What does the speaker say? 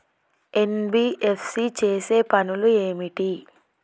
NBFC చేసే పనులు ఏమిటి?